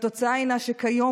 התוצאה היא שכיום,